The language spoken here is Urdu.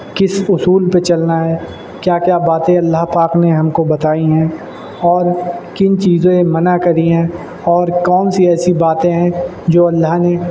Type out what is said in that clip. کس اصول پہ چلنا ہے کیا کیا باتیں اللہ پاک نے ہم کو بتائی ہیں اور کن چیزیں منع کری ہیں اور کون سی ایسی باتیں ہیں جو اللہ نے